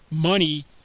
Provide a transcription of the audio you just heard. money